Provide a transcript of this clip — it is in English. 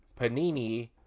Panini